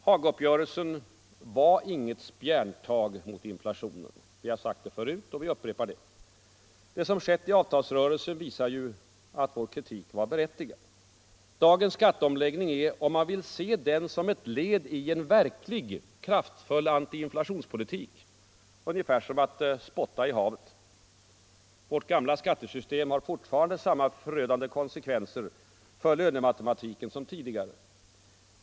Hagauppgörelsen var inget ”spjärntag” mot inflationen. Vi har sagt det förut, och vi upprepar det. Det som skett i avtalsrörelsen visar att vår kritik var berättigad. Dagens skatteomläggning är, om man vill se den som ett led i en verkligt kraftfull antiinflationspolitik, ungefär som att spotta i havet. Vårt gamla skattesystem har fortfarande samma förödande konsekvenser för lönematematiken som tidigare.